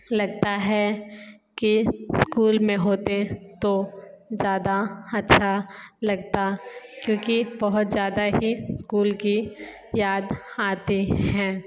लगता है कि इस्कूल में होते तो ज़्यादा अच्छा लगता क्योंकि बहुत ज़्यादा ही इस्कूल की याद आती है